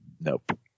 Nope